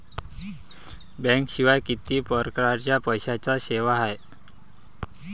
बँकेशिवाय किती परकारच्या पैशांच्या सेवा हाय?